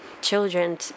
children